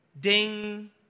ding